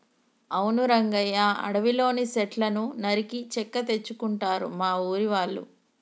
అవును రంగయ్య అడవిలోని సెట్లను నరికి చెక్క తెచ్చుకుంటారు మా ఊరి వాళ్ళు